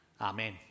Amen